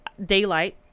daylight